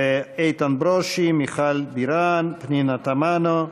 איתן ברושי, מיכל בירן, פנינה תמנו,